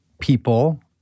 people